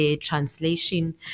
translation